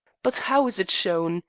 but how is it shown?